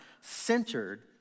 centered